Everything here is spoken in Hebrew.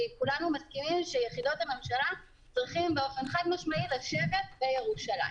כי כולנו מסכימים שיחידות הממשלה צריכות באופן חד משמעי לשבת בירושלים.